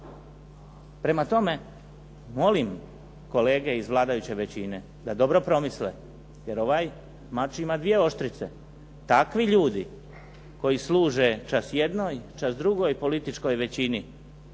Prema tome, molim kolege iz vladajuće većine da dobro promisle jer ovaj mač ima dvije oštrice. Takvi ljudi koji služe čas jednoj, čas drugoj političkoj većini